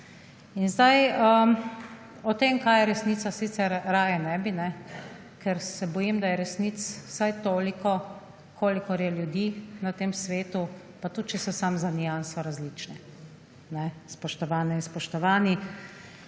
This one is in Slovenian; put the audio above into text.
resnico. O tem, kaj je resnica, sicer raje ne bi, ker se bojim, da je resnic vsaj toliko, kolikor je ljudi na tem svetu, pa tudi če so samo za nianso različne, spoštovane in spoštovani.